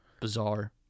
Bizarre